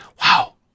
wow